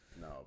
No